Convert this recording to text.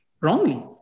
wrongly